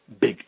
big